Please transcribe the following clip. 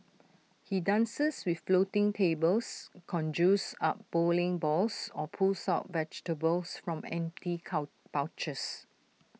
he dances with floating tables conjures up bowling balls or pulls out vegetables from empty cow pouches